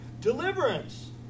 Deliverance